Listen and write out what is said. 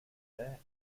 that